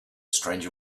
stranger